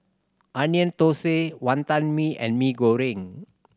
Onion Thosai Wantan Mee and Mee Goreng